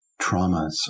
traumas